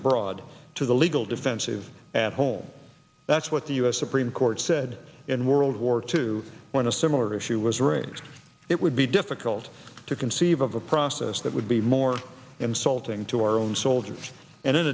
abroad to the legal defense of at home that's what the u s supreme court said in world war two when a similar issue was raised it would be difficult to conceive of a process that would be more insulting to our own soldiers and in